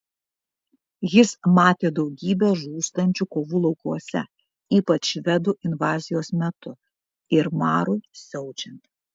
jis matė daugybę žūstančių kovų laukuose ypač švedų invazijos metu ir marui siaučiant